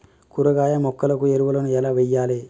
కూరగాయ మొక్కలకు ఎరువులను ఎలా వెయ్యాలే?